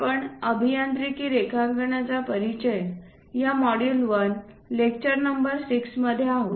आपण अभियांत्रिकी रेखांकनाचा परिचय या मॉड्यूल 1 लेक्चर नंबर 6 मध्ये आहोत